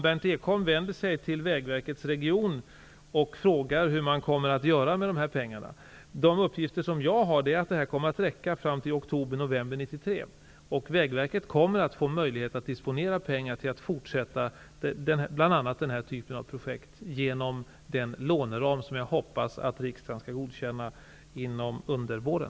Berndt Ekholm får vända sig till Vägverket i regionen och fråga hur man kommer att göra med pengarna. Enligt uppgifter som jag har tagit del av kommer medlen att räcka fram till oktober-- november 1993. Vägverket kommer att få möjligheter att disponera pengar, så att man kan fortsätta bl.a. med den här typen av projekt genom den låneram som jag hoppas att riksdagen skall godkänna under våren.